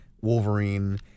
Wolverine